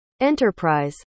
Enterprise